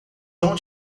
vão